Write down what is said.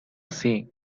así